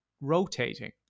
rotating